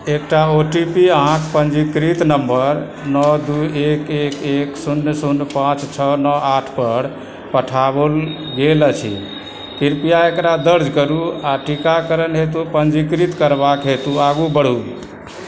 एकटा O T P अहाँक पंजीकृत नंबर नओ दू एक एक एक शून्य शून्य पाँच छओ नओ आठ पर पठाओल गेल अछि कृपया एकरा दर्ज करू आ टीकाकरणक हेतु पंजीकृत करबाक हेतु आगू बढूँ